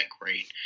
great